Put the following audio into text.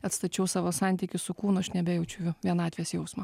atstačiau savo santykius su kūnu aš nebejaučiu vienatvės jausmo